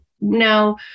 Now